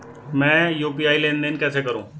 मैं यू.पी.आई लेनदेन कैसे करूँ?